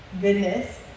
goodness